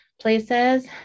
places